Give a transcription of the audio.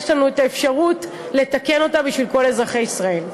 יש לנו אפשרות לתקן אותה בשביל כל אזרחי ישראל.